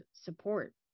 support